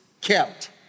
kept